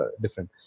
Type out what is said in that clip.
different